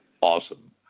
awesome